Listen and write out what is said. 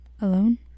alone